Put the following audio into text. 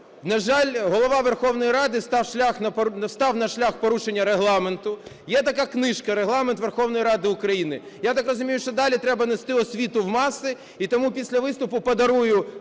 на жаль, Голова Верховної Ради став на шлях порушення Регламенту. Є така книжка "Регламент Верховної Ради України". Я так розумію, що далі треба нести освіту в маси, і тому після виступу подарую